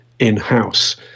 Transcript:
in-house